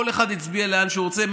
כל אחד הצביע לאן שהוא רוצה.